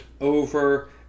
over